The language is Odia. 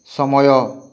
ସମୟ